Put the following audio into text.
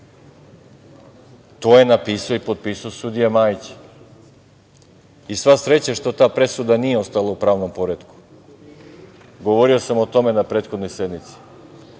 je napisao i potpisao sudija Majić i sva sreća što ta presuda nije ostala u pravnom poretku. Govorio sam o tome na prethodnoj sednici.